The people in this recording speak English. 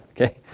Okay